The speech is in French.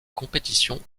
compétition